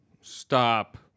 Stop